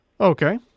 Okay